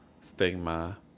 stigma